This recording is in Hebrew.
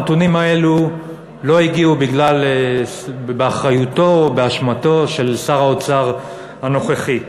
הנתונים האלו לא הגיעו באחריותו או באשמתו של שר האוצר הנוכחי.